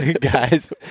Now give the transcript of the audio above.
Guys